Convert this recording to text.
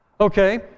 Okay